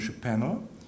Panel